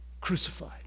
crucified